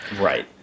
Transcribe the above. Right